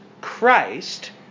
Christ